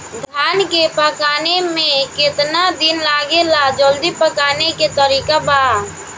धान के पकने में केतना दिन लागेला जल्दी पकाने के तरीका बा?